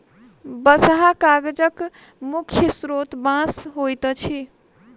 बँसहा कागजक मुख्य स्रोत बाँस होइत अछि